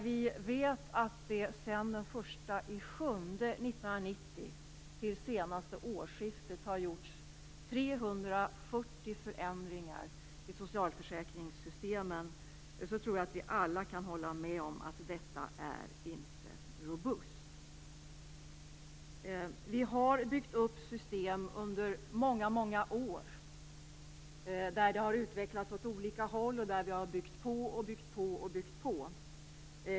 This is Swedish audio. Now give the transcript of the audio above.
Vi vet att sedan den 1 juli 1990 till senaste årsskiftet har det gjorts 340 förändringar i socialförsäkringssystemen. Vi kan alla hålla med om att detta inte är robust. Vi har byggt upp system under många år. De har utvecklats åt olika håll. Vi har byggt på, byggt på och byggt på.